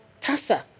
TASA